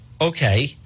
okay